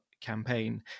campaign